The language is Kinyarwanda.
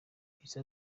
yahise